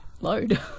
load